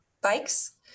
bikes